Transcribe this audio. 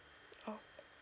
oh